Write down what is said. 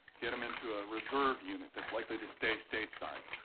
get him into a reserve unit that's likely to stay stateside.